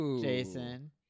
Jason